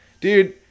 Dude